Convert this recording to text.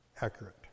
accurate